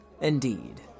Indeed